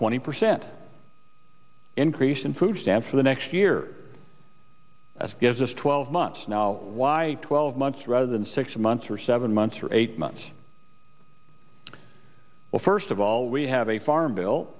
twenty percent increase in food stamps for the next year as gives us twelve months now why twelve months rather than six months or seven months or eight months well first of all we have a farm bill